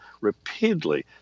repeatedly